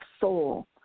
soul